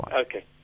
Okay